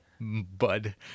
bud